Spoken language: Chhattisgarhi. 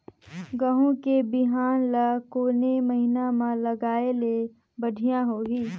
गहूं के बिहान ल कोने महीना म लगाय ले बढ़िया होही?